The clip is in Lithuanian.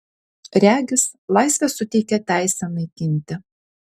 regis laisvė suteikia teisę naikinti